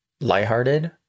lighthearted